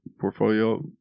portfolio